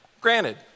granted